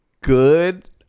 good